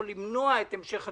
יכול למנוע את המשך הדיון.